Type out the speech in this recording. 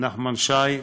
נחמן שי,